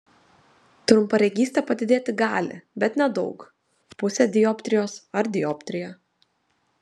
trumparegystė padidėti gali bet nedaug pusę dioptrijos ar dioptriją